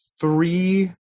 three